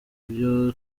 byo